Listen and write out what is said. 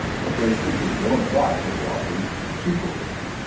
but they simply don't apply for velocities equal to c.